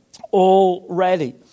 already